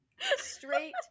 Straight